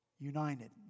United